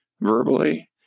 verbally